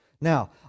now